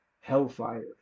Hellfire